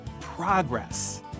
progress